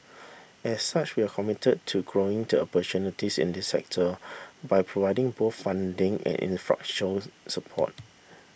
as such we are committed to growing to opportunities in this sector by providing both funding and infrastructure support